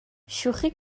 شوخی